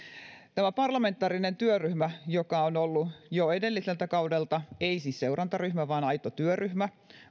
tämä parlamentaarinen työryhmä joka on ollut jo edelliseltä kaudelta ei siis seurantaryhmä vaan aito työryhmä